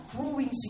growing